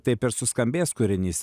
taip ir suskambės kūrinys